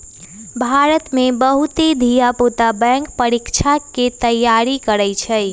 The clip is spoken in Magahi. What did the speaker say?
भारत में बहुते धिया पुता बैंक परीकछा के तैयारी करइ छइ